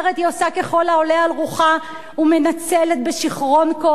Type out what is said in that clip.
היא עושה ככל העולה על רוחה ומנצלת בשיכרון כוח את